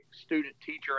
student-teacher